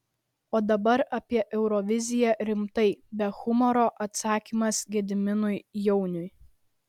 o dabar apie euroviziją rimtai be humoro atsakymas gediminui jauniui